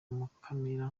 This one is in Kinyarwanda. mukamira